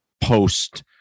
post